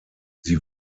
sie